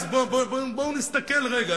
אז בואו נסתכל רגע,